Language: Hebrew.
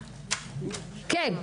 כן.